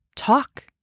Talk